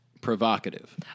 provocative